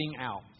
out